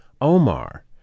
Omar